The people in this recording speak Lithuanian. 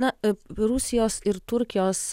na rusijos ir turkijos